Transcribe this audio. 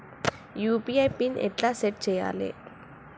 UPI pin ఎట్లా set చేయాలే?